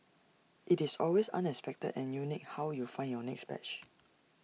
IT is always unexpected and unique how you find your next badge